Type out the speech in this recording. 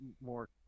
more